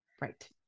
Right